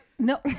No